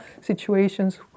situations